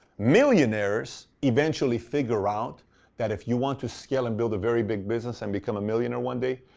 millionaires eventually figure out that if you want to scale and build a very big business and become a millionaire one day,